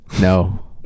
No